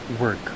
work